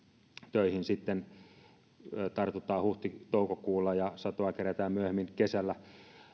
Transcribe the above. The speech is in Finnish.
töihin tartutaan sitten huhti toukokuussa ja satoa kerätään myöhemmin kesällä